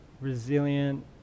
Resilient